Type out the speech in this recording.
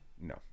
No